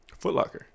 Footlocker